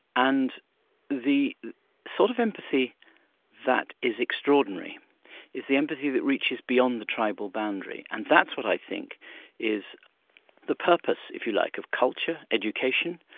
and the sort of empathy that is extraordinary is the empathy that reaches beyond the tribal boundary, and that's what i think is the purpose, if you like, of culture, education,